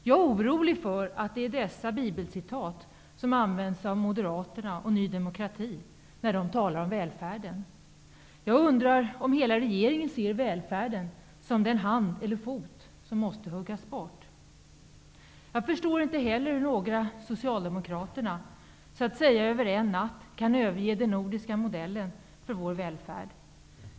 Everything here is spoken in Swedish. Jag är orolig för att det är detta bibelcitat som föresvävar Moderaterna och Nya demokrati när de talar om välfärden. Jag undrar om hela rege ringen ser välfärden som den hand eller fot som måste huggas bort. Jag förstår inte heller hur några av Socialdemo kraterna -- så att säga över en natt -- kan överge den nordiska modellen för vår välfärd.